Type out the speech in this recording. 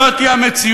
זאת היא המציאות.